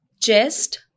chest